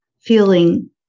feeling